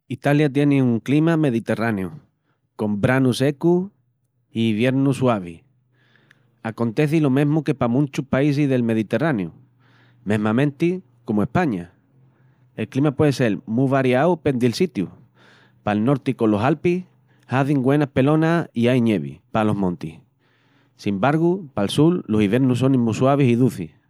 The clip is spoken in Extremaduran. Italia tieni un clima mediterráneu, con branus secus i iviernus suavis. Aconteci lo mesmu que pa munchus paisis del Mediterráneu, mesmamenti comu España, el clima pué sel mu variau pendi'l sitiu. Pal norti colos Alpis hazin güenas pelonas i aí ñevi palos montis. Sin bargu pal sul los iviernus sonin mu suavis i ducis.